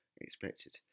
expected